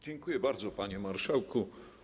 Dziękuję bardzo, panie marszałku.